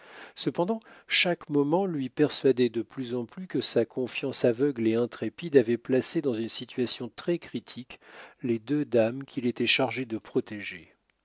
cependant chaque moment lui persuadait de plus en plus que sa confiance aveugle et intrépide avait placé dans une situation très critique les deux dames qu'il était chargé de protéger